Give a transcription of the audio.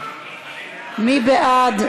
מי בעד?